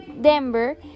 denver